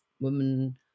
women